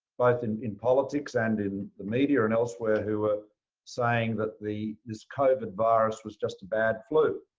both in in politics and in the media and elsewhere, who were saying that the this covid virus was just a bad flu.